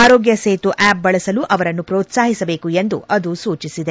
ಆರೋಗ್ಯ ಸೇತು ಆಪ್ ಬಳಸಲು ಅವರನ್ನು ಮ್ರೋತ್ಸಾಹಿಸಬೇಕು ಎಂದು ಅದು ಸೂಚಿಸಿದೆ